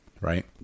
right